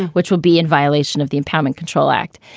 which would be in violation of the empowerment control act.